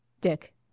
Dick